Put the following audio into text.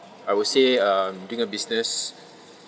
I would say um doing a business